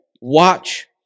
watch